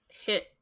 hit